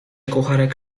kucharek